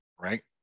right